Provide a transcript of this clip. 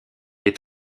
est